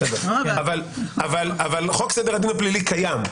אבל חוק סדר הדין הפלילי קיים.